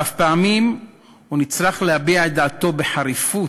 ואף שפעמים הוא נצרך להביע את דעתו בחריפות,